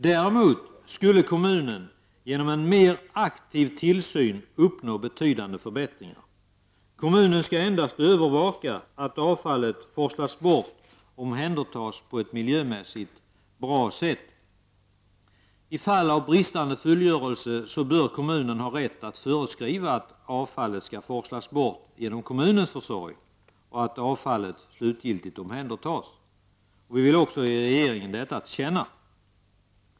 Däremot skulle kommunen genom en mer aktiv tillsyn kunna uppnå betydande förbättringar. Kommunen skall endast övervaka att avfallet forslas bort och omhändertas på ett miljömässigt godtagbart sätt. I fall av bristande fullgörelse bör kommunen ha rätt att föreskriva att avfallet skall forslas bort genom kommunens försorg och att avfallet slutgiltigt omhändertas. Vi vill ge regeringen detta till känna.